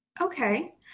Okay